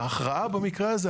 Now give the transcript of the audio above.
ההכרעה במקרה הזה,